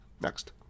Next